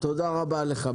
תודה רבה לך.